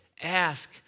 ask